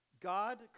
God